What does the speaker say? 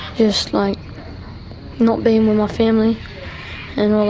just like not being with my family and all